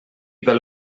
pel